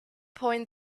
point